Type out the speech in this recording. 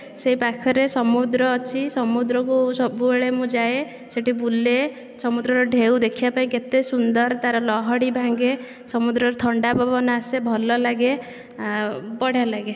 ସେଇ ପାଖରେ ସମୁଦ୍ର ଅଛି ସମୁଦ୍ର କୁ ସବୁବେଳେ ମୁଁ ଯାଏ ସେଠି ବୁଲେ ସମୁଦ୍ରର ଢେଉ ଦେଖିବା ପାଇଁ କେତେ ସୁନ୍ଦର ତାର ଲହଡ଼ି ଭାଙ୍ଗେ ସମୁଦ୍ରରେ ଥଣ୍ଡା ପବନ ଆସେ ଭଲ ଲାଗେ ଆଉ ବଢ଼ିଆ ଲାଗେ